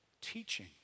teaching